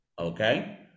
Okay